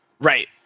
Right